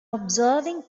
observing